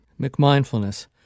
McMindfulness